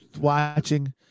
watching